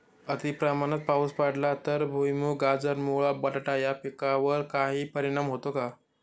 अतिप्रमाणात पाऊस पडला तर भुईमूग, गाजर, मुळा, बटाटा या पिकांवर काही परिणाम होतो का?